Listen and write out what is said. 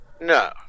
No